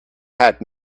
had